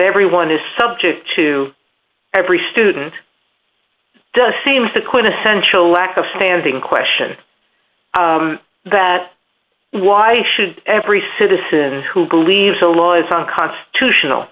everyone is subject to every student does seems the quintessential lack of standing question that why should every citizen who believes the law is unconstitutional